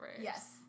Yes